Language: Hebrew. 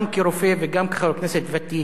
גם כרופא וגם כחבר כנסת ותיק,